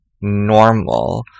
normal